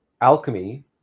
Alchemy